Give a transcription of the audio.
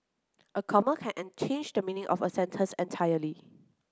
a comma can unchanged the meaning of a sentence entirely